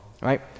Right